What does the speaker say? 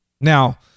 Now